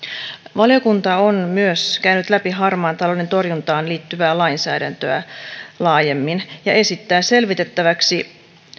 valiokunta on myös käynyt läpi harmaan talouden torjuntaan liittyvää lainsäädäntöä laajemmin ja esittää selvitettäväksi